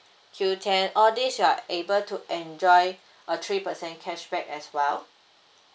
Qoo10 all these you are able to enjoy a three percent cashback as well